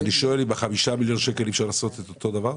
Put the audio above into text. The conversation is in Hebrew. אני שואל האם עם ה-5 מיליון שקלים אי אפשר לעשות אותו הדבר.